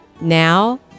now